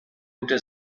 gute